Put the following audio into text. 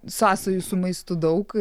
sąsajų su maistu daug